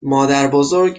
مادربزرگ